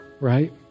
right